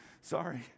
sorry